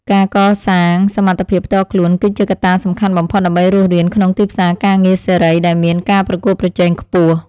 ការកសាងសមត្ថភាពផ្ទាល់ខ្លួន គឺជាកត្តាសំខាន់បំផុតដើម្បីរស់រានក្នុងទីផ្សារការងារសេរីដែលមានការប្រកួតប្រជែងខ្ពស់។